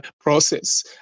process